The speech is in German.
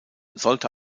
sollte